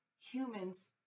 humans